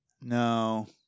No